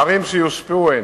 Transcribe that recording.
ערים שיושפעו הן: